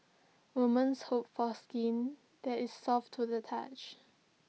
woman's hope for skin that is soft to the touch